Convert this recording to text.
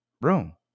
room